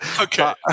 Okay